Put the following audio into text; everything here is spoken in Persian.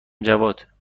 جواد، گمونم